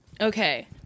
okay